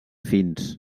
fins